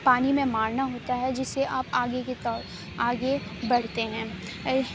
پانی میں مارنا ہوتا ہے جس سے آپ آگے کی طور آگے بڑھتے ہیں